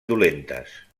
dolentes